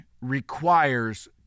requires